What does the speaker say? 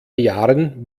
jahren